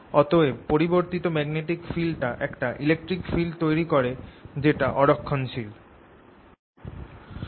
অতএব এই পরিবর্তিত ম্যাগনেটিক ফিল্ডটা একটা ইলেকট্রিক ফিল্ড তৈরি করে যেটা অ রক্ষণশীল